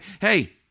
Hey